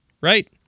Right